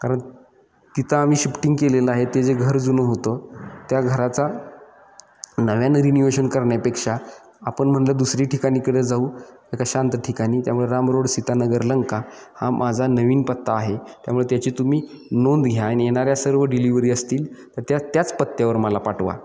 कारण तिथं आम्ही शिफ्टिंग केलेलं आहे ते जे घर जुनं होतं त्या घराचा नव्यानं रिनिव्हेशन करण्यापेक्षा आपण म्हटलं दुसरी ठिकाणीकडे जाऊ एका शांत ठिकाणी त्यामुळे रामरोड सीतानगर लंका हा माझा नवीन पत्ता आहे त्यामुळे त्याची तुम्ही नोंद घ्या आणि येणाऱ्या सर्व डिलिव्हरी असतील तर त्याच पत्त्यावर मला पाठवा